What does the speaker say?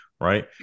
right